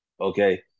okay